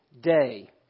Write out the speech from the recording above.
day